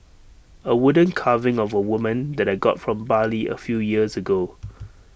A wooden carving of A woman that I got from Bali A few years ago